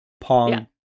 Pong